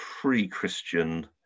pre-Christian